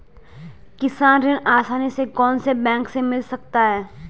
किसान ऋण आसानी से कौनसे बैंक से मिल सकता है?